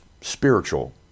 spiritual